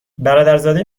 برادرزاده